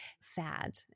sad